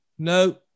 No